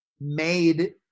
made